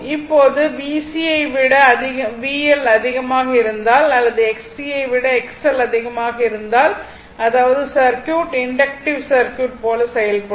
இப்போது VC ஐ விட VL அதிகமாக இருந்தால் அல்லது Xc ஐ விட XL அதிகமாக இருந்தால் அதாவது சர்க்யூட் இண்டக்ட்டிவ் சர்க்யூட் போல செயல்படும்